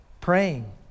praying